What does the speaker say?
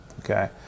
Okay